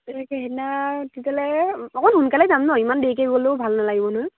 তেনেকে সেইদিনা তেতিয়াহ'লে অকণ সোনকালে যাম ন ইমান দেৰি কৈ গলেও ভাল নালাগিব নহয়